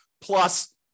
plus